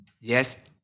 yes